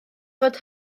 fod